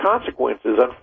consequences